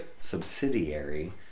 subsidiary